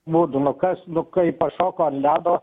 būdų nu kas nu kai pašoko ant ledo